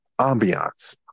ambiance